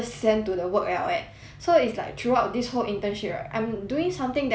so it's like throughout this whole internship right I'm doing something that I never learn before eh